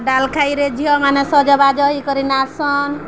ଡାଲଖାଇରେ ଝିଅମାନେେ ସଜବାଜ ହେଇ କରିନାସନ